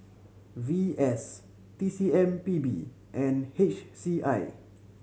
V S T C M P B and H C I